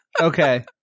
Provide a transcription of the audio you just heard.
Okay